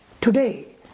today